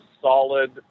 solid